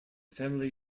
family